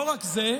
לא רק זה,